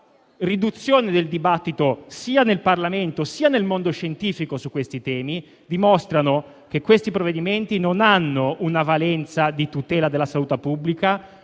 riduzione del dibattito - sia in Parlamento, che nel mondo scientifico - su questi temi dimostrano che questi provvedimenti hanno una valenza non di tutela della salute pubblica,